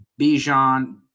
Bijan